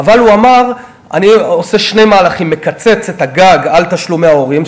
אבל הוא אמר: אני עושה שני מהלכים: מקצץ את הגג של תשלומי ההורים,